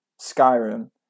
Skyrim